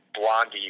Blondie